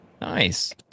Nice